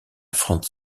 franz